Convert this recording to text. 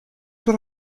what